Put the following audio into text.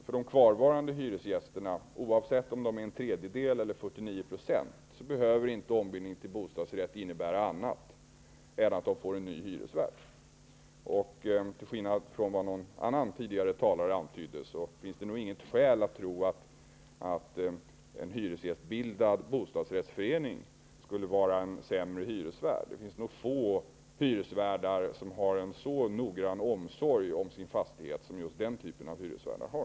För de kvarvarande hyresgästerna -- oavsett om de är en tredjedel eller 49 %-- behöver inte ombildningen till bostadsrätt innebära annat än att de får en ny hyresvärd. Till skillnad från vad någon tidigare talare antydde anser jag inte att det finns något skäl att tro att en hyresgästbildad bostadsrättsförening skulle vara en sämre hyresvärd. Det finns nog få hyresvärdar som har en så noggrann omsorg om sin fastighet som just den typen av hyresvärdar har.